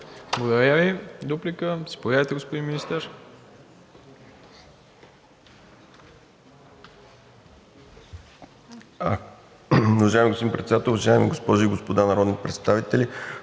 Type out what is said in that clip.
Благодаря Ви. Дуплика. Заповядайте, господин Министър.